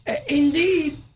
Indeed